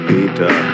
Peter